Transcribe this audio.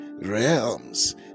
realms